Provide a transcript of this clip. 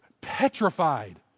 petrified